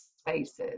Spaces